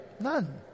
None